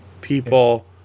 people